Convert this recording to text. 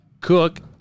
cook